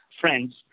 friends